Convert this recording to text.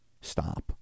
stop